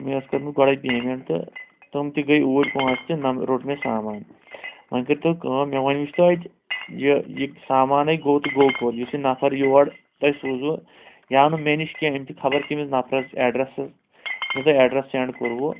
مےٚ ٲسۍ کٔرمٕژ گۄڈے پیمٮ۪نٛٹ تہٕ تِم تہِ گٔے اوٗرۍ پۅنٛسہٕ تہِ نہَ روٚٹ مےٚ سامان وۄنۍ کٔرۍتو کٲم مےٚ وۅنۍ وُچھ توتہِ یہِ یہِ سامانٕے گوٚو تہٕ گوٚو کوٚر یُس یہِ نَفَر یور تۄہہِ سوٗزوٕ یا نہٕ مےٚ نِش کیٚنٛہہ أمۍ چھِ خبر کٔمِس نفرَس ایٚڈرَسَس یُس مےٚ تۄہہِ ایٚڈرَس سیٚنٛڈ کوٚروٕ